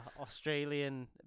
Australian